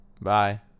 Bye